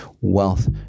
Wealth